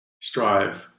strive